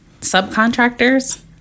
subcontractors